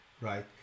right